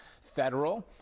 federal